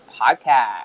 Podcast